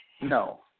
no